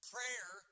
Prayer